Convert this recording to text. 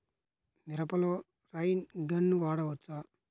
మిరపలో rain gun వాడవచ్చా?